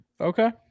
okay